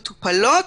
מטופלות.